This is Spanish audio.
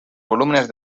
volúmenes